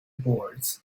boards